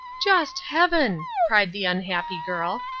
just heaven! cried the unhappy girl.